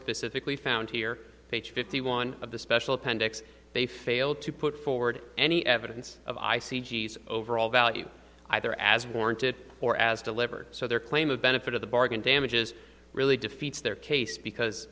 specifically found here page fifty one of the special appendix they failed to put forward any evidence of i c g s overall value either as warranted or as delivered so their claim of benefit of the bargain damages really defeats their case because